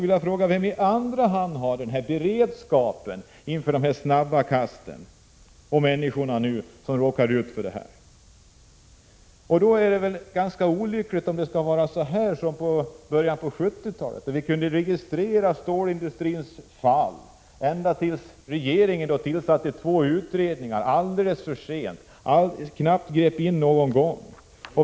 Vem har i andra hand beredskapen inför de här snabba kasten, och vem har då ansvaret för de människor som råkar ut för detta? Det är väl ganska olyckligt om det skall vara som i början av 70-talet, då vi kunde registrera stålindustrins fall ända tills regeringen tillsatte två utredningar alldeles för sent och knappt grep in någon gång.